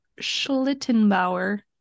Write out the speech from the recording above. Schlittenbauer